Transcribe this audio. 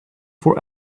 for